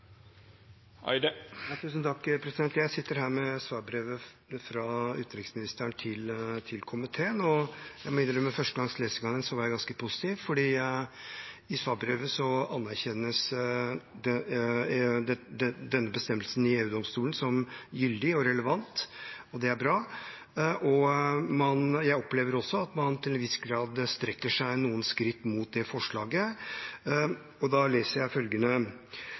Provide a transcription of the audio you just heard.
Jeg står her med svarbrevet fra utenriksministeren til komiteen, og jeg må innrømme at ved første gangs lesing av det var jeg ganske positiv, for i svarbrevet anerkjennes denne bestemmelsen i EU-domstolen som gyldig og relevant, og det er bra. Jeg opplever også at man til en viss grad strekker seg noen skritt mot det forslaget. Jeg leser følgende: «En formålsbasert tolkning av EØS-avtalen, samt lojalitetsplikten, tilsier normalt at man etterstreber en ensartet tolkning og